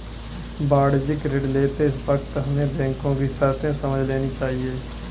वाणिज्यिक ऋण लेते वक्त हमें बैंको की शर्तें समझ लेनी चाहिए